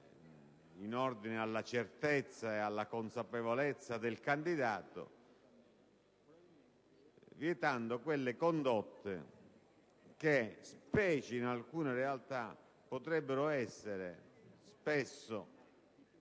in ordine alla certezza e alla consapevolezza del candidato, il divieto di quelle condotte che, specie in alcune realtà, potrebbero costituire spesso